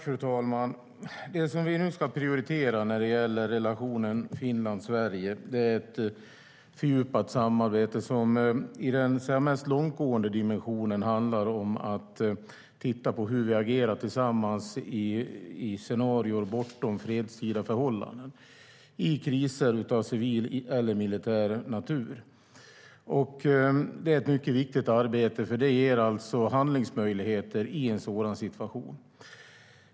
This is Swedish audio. Fru talman! Det vi ska prioritera i relationen Sverige-Finland är ett fördjupat samarbete som i den mest långtgående dimensionen handlar om att titta på hur vi agerar tillsammans i scenarier bortom fredstida förhållanden, i kriser av civil eller militär natur. Det är ett viktigt arbete, för det ger handlingsmöjligheter i en sådan situation.